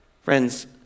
Friends